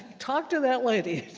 talk to that lady.